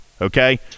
Okay